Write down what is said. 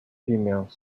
female